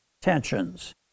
tensions